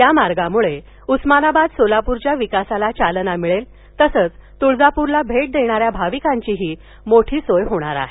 या मार्गामुळे उस्मानाबाद सोलापूरच्या विकासाला चालना मिळेल तसच तुळजापूरला भेट देणाऱ्या भाविकांचीही मोठी सोय होणार आहे